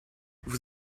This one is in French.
vous